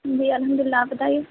جی الحمد اللہ آپ بتائیے